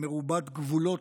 מרובת גבולות,